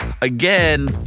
again